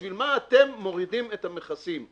בשביל מה אתם מורידים את המכסים?